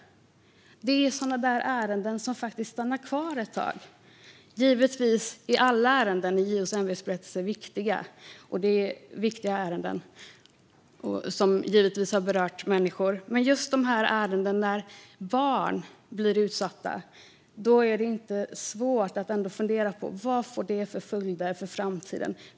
Det är sådana ärenden som faktiskt stannar kvar ett tag. Givetvis är alla ärenden i JO:s ämbetsberättelse viktiga och berör människor, men just i ärenden som gäller utsatta barn är det inte svårt att fundera över vilka följder som uppstår för framtiden.